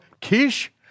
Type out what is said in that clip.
Kish